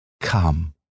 Come